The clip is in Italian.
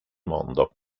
mondo